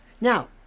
Now